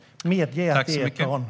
Medge att det är er plan!